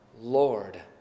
Lord